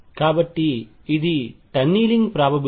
కాబట్టి ఇది tunnelling probability